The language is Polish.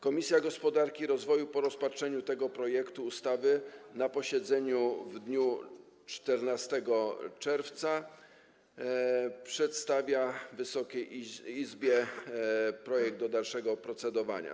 Komisja Gospodarki i Rozwoju po rozpatrzeniu tego projektu ustawy na posiedzeniu w dniu 14 czerwca przedstawia Wysokiej Izbie projekt do dalszego procedowania.